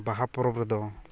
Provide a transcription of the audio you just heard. ᱵᱟᱦᱟ ᱯᱚᱨᱚᱵᱽ ᱨᱮᱫᱚ